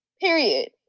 Period